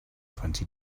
twenty